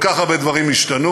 כל כך הרבה דברים השתנו,